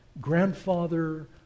grandfather